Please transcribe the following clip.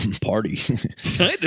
party